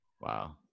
Wow